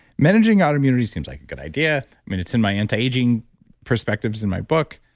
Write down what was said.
managing autoimmunity seems like a good idea. i mean it's in my anti-aging perspectives in my book.